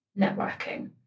networking